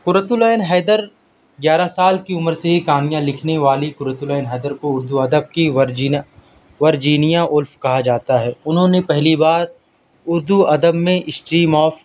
قرۃ اللعین حیدر گیارہ سال کی عمر سے ہی کہانیاں لکھنے والی قرۃ العین حیدر کو اردو ادب کی ورجینیا وولف کہا جاتا ہے انہوں نے پہلی بار اردو ادب میں اسٹریم آف